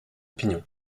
opinion